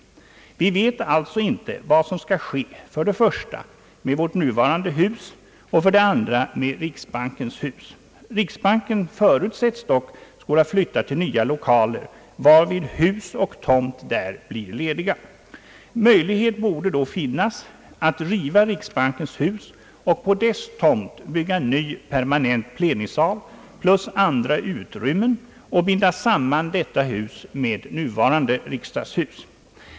Vi vet alltså inte vad som skall ske, för det första med vårt nuvarande riksdagshus och för det andra med riksbankens hus. Riksbanken förutsätts dock skola flytta till nya lokaler, varvid hus och tomt där blir lediga. Möjlighet borde då finnas att riva riksbankens hus och på dess tomt bygga en ny permanent plenisal plus andra utrymmen samt binda samman detta hus med nuvarande riksdagshus.